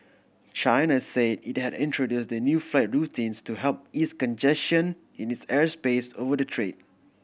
China say it had introduced the new flight routes to help ease congestion in its airspace over the strait